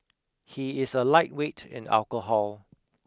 he is a lightweight in alcohol